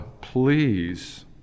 please